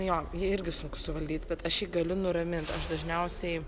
jo jį irgi sunku suvaldyt bet aš jį galiu nuramint aš dažniausiai